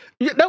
No